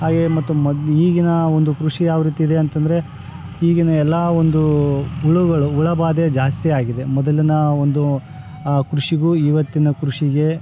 ಹಾಗೆ ಮತ್ತು ಮದ್ ಈಗಿನ ಒಂದು ಕೃಷಿ ಯಾವರೀತಿ ಇದೆ ಅಂತಂದರೆ ಈಗಿನ ಎಲ್ಲ ಒಂದು ಹುಳುಗಳು ಹುಳ ಬಾಧೆ ಜಾಸ್ತಿ ಆಗಿದೆ ಮೊದಲಿನ ಒಂದು ಕೃಷಿಗು ಇವತ್ತಿನ ಕೃಷಿಗೆ